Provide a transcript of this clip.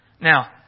Now